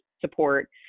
support